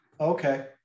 Okay